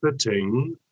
fitting